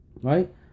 Right